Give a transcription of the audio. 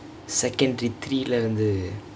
secondary three வந்து:vanthu